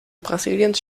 brasiliens